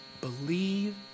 Believe